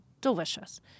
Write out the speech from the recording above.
delicious